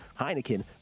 Heineken